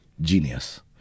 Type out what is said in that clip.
genius